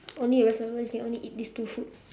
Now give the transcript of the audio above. only the rest of your life you can only eat these two food